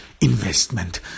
investment